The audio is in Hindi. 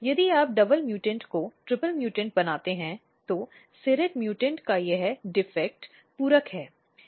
यदि आप डबल म्यूटेंट को ट्रिपल म्यूटेंट बनाते हैं तो सीरेट म्यूटेंट का यह दोष पूरक है